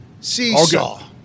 Seesaw